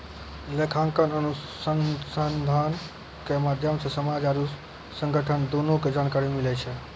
लेखांकन अनुसन्धान के माध्यम से समाज आरु संगठन दुनू के जानकारी मिलै छै